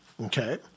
Okay